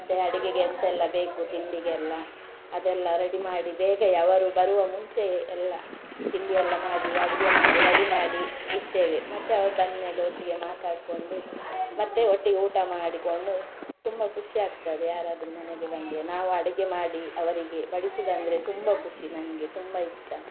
ಮತ್ತು ಅಡುಗೆಗೆ ಎಂತೆಲ್ಲ ಬೇಕು ತಿಂಡಿಗೆಲ್ಲ ಅದೆಲ್ಲ ರೆಡಿ ಮಾಡಿ ಬೇಗ ಅವರು ಬರುವ ಮುಂಚೆಯೆ ಎಲ್ಲ ತಿಂಡಿಯೆಲ್ಲ ಮಾಡಿ ಅಡುಗೆ ಮಾಡಿ ರೆಡಿ ಮಾಡಿ ಇಡ್ತೇವೆ ಮತ್ತೆ ಅವರು ಬಂದ್ಮೇಲೆ ಒಟ್ಟಿಗೆ ಮಾತಾಡ್ಕೊಂಡು ಮತ್ತೆ ಒಟ್ಟಿಗೆ ಊಟ ಮಾಡಿಕೊಂಡು ತುಂಬ ಖುಷಿ ಆಗ್ತದೆ ಯಾರಾದರೂ ಮನೆಗೆ ಬಂದರೆ ನಾವು ಅಡುಗೆ ಮಾಡಿ ಅವರಿಗೆ ಬಡಿಸೋದೆಂದ್ರೆ ತುಂಬ ಖುಷಿ ನನಗೆ ತುಂಬ ಇಷ್ಟ